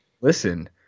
Listen